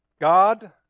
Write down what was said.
God